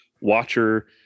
watcher